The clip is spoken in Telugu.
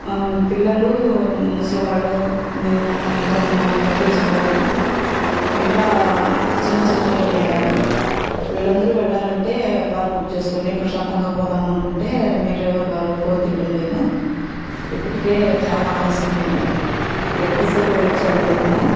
పిల్లలు ముసలివాళ్ళు మేము అందరం ఉన్నాము లగేజ్ ఉన్నది ఇంకా చిన్న చిన్న పిల్లలు ఉన్నారు వీళ్ళందరూ వెళ్ళాలంటే కార్ బుక్ చేసుకొని ప్రశాంతంగా పోదాము అనుకుంటే మీ డ్రైవర్ గారు ఫోన్ తీయడం లేదు ఇప్పటికే చాలా ఆలస్యమైంది ఎంతసేపు వెయిట్ చేయాలి అండి మేము